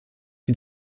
sie